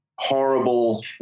Horrible